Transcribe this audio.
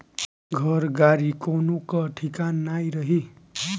घर, गाड़ी कवनो कअ ठिकान नाइ रही